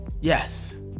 yes